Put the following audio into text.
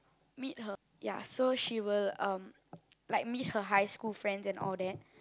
meet her ya so she will um like meet her high school friends and all that